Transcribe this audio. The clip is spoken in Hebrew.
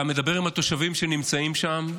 אתה מדבר עם התושבים שנמצאים שם,